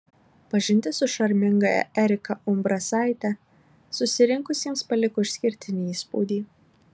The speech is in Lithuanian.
pažintis su šarmingąja erika umbrasaite susirinkusiems paliko išskirtinį įspūdį